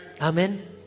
Amen